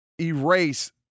erase